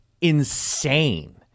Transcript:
insane